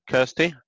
Kirsty